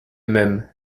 même